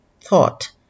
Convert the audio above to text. thought